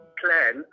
plan